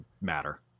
matter